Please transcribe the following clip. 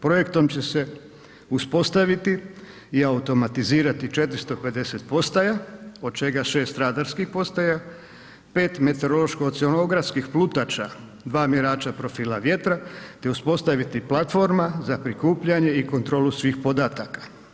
Projektom će se uspostaviti i automatizirati 450 postaja, od čega 6 radarskih postaja, 5 meteorološko-oceanografskih plutača, 2 mjerača profila vjetra te uspostaviti platforma za prikupljanje i kontrolu svih podataka.